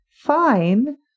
fine